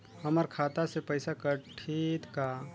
हमर खाता से पइसा कठी का?